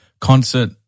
concert